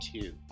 two